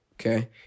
okay